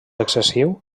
excessiu